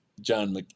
John